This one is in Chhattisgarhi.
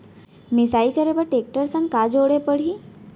मिसाई करे बर टेकटर संग का जोड़े पड़ही?